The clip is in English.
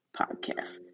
podcast